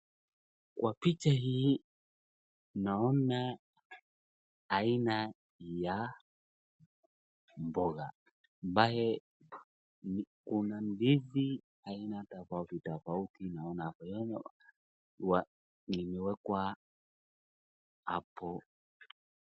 Kwa picha hii, naona aina ya mboga, ambaye kuna ndizi aina tofautitofauti naona imewekwa hapo.